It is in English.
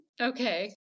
Okay